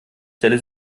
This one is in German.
stelle